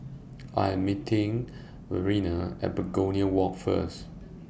I Am meeting Verena At Begonia Walk First